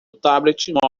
tablet